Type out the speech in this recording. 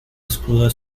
escudo